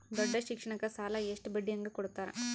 ದೊಡ್ಡ ಶಿಕ್ಷಣಕ್ಕ ಸಾಲ ಎಷ್ಟ ಬಡ್ಡಿ ಹಂಗ ಕೊಡ್ತಾರ?